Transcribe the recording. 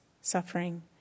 suffering